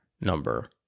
number